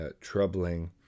troubling